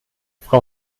frau